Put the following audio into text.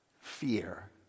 fear